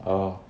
oh